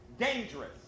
dangerous